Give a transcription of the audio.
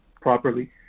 properly